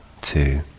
two